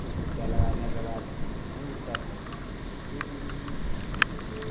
तो चूटा लगाने के बाद वो नहीं उड़ता था फिर जैसे